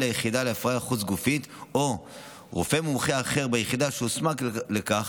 היחידה להפריה חוץ-גופית או רופא מומחה אחר ביחידה שהוסמך לכך